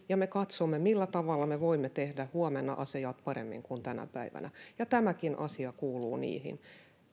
ja me katsomme millä tavalla me voimme tehdä asiat paremmin huomenna kuin tänä päivänä tämäkin asia kuuluu niihin